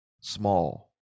small